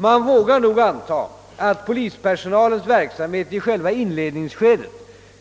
Man vågar nog anta att polispersonalens verksamhet i själva inledningsskedet